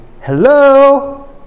hello